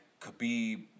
Khabib